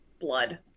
blood